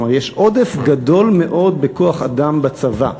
כלומר, יש עודף גדול מאוד בכוח-אדם בצבא.